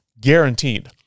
Guaranteed